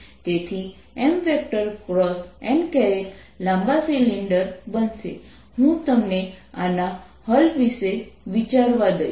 તેથી Mn લાંબા cylinder બનશે હું તમને આના હલ વિશે વિચારવા દઇશ